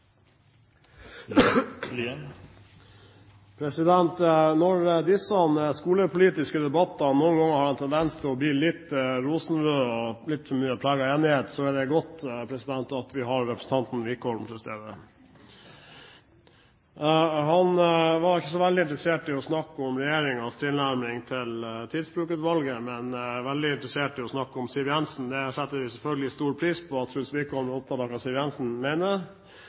Når disse skolepolitiske debattene noen ganger har en tendens til å bli litt rosenrøde og litt for mye preget av enighet, er det godt at vi har representanten Wickholm til stede. Han var ikke så veldig interessert i å snakke om regjeringens tilnærming til Tidsbrukutvalget, men veldig interessert i å snakke om Siv Jensen. Vi setter selvfølgelig stor pris på at Truls Wickholm er opptatt av hva Siv Jensen mener.